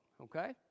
Okay